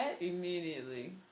Immediately